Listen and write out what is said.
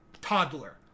toddler